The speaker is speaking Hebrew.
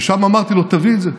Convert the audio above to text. ושם אמרתי לו: תביא את זה.